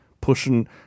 pushing